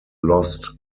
lost